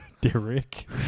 Derek